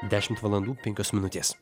dešimt valandų penkios minutės